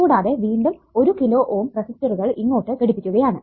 കൂടാതെ വീണ്ടും 1 kilo ohm റെസിസ്റ്ററുകൾ ഇങ്ങോട്ട് ഘടിപ്പിക്കുകയാണ്